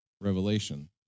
Revelation